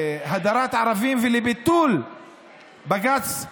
להדרת ערבים ולביטול בג"ץ קעדאן.